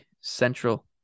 Central